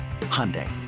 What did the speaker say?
Hyundai